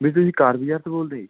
ਵੀਰ ਤੁਸੀਂ ਕਾਰ ਬਜ਼ਾਰ ਤੋਂ ਬੋਲਦੇ